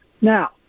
Now